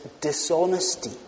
dishonesty